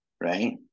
right